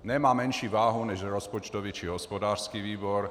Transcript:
Nemá menší váhu než rozpočtový či hospodářský výbor.